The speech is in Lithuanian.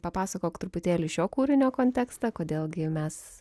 papasakok truputėlį šio kūrinio kontekstą kodėl gi mes